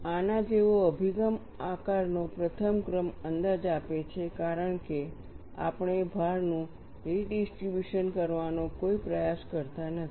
આના જેવો અભિગમ આકારનો પ્રથમ ક્રમ અંદાજ આપે છે કારણ કે આપણે ભારનું રીડિસ્ટ્રિબ્યુશન કરવાનો કોઈ પ્રયાસ કરતા નથી